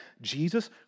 Jesus